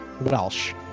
Welsh